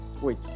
Wait